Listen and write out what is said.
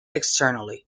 externally